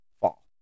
fall